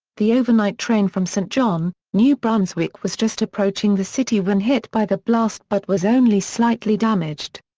the overnight train from saint john, new brunswick was just approaching the city when hit by the blast but was only slightly damaged.